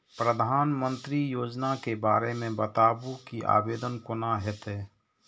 प्रधानमंत्री योजना के बारे मे बताबु की आवेदन कोना हेतै?